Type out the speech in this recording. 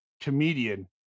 comedian